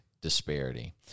disparity